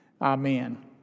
Amen